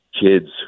kids